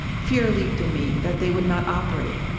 fear leaped in me that they would not operate.